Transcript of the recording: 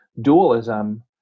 dualism